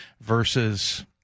versus